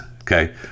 okay